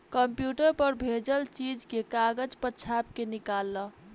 computer पर भेजल चीज के कागज पर छाप के निकाल ल